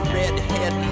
redhead